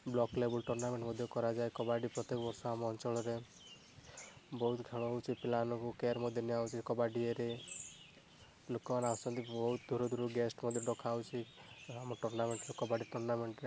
block ଲେବୁଲ tournament ମଧ୍ୟ କରାଯାଏ କବାଡ଼ି ପ୍ରତ୍ୟେକ ବର୍ଷ ଆମ ଅଞ୍ଚଳରେ ବହୁତ ଖେଳ ହଉଛି ପିଲାମାନଙ୍କୁ କେୟାର ମଧ୍ୟ ନିଆହଉଛି କବାଡ଼ି ଇଏରେ ଲୋକମାନେ ଆସୁଛନ୍ତି ବହୁତ ଦୂର ଦୂରରୁ ଗେଷ୍ଟ ମଧ୍ୟ ଡକା ହଉଛି ଆମ ଟର୍ଣ୍ଣାମେଣ୍ଟରେ କବାଡ଼ି ଟୁର୍ଣ୍ଣାମେଣ୍ଟରେ